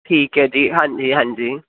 ਠੀਕ ਹੈ ਜੀ ਹਾਂਜੀ ਹਾਂਜੀ